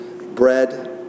bread